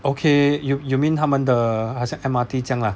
okay you you mean 他们的好像 M_R_T 这样啦